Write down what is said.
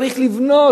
צריך לבנות.